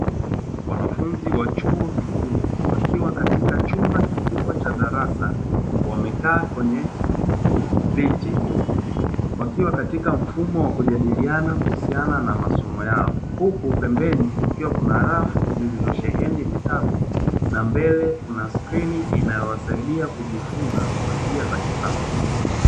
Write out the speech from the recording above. Wanafunzi wa chuo kikuu wakiwa katika chumba kikubwa cha darasa, wamekaa kwenye viti wakiwa katika mfumo wa kujadiliana kuhusiana na masomo yao, huku pembeni kukiwa kuna rafu zilizosheheni vitabu, na mbele kuna skrini inayowasaidia kujifunza kwa njia za kisasa.